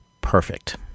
perfect